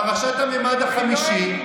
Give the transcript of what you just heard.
פרשת המימד החמישי,